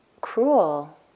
cruel